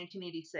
1986